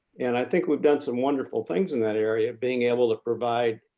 and i think we've done some wonderful things in that area being able to provide